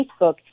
Facebook